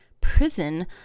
prison